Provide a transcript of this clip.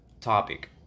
topic